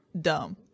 dumb